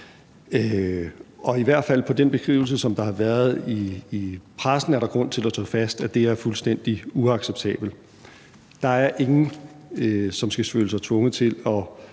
Og i hvert fald ud fra den beskrivelse, som der har været i pressen, er der grund til at slå fast, at det er fuldstændig uacceptabelt. Der er ingen, som skal føle sig tvunget til at